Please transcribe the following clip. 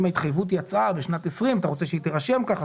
ההתחייבות יצאה בשנת 2020 ואתה רוצה שהיא תירשם כך,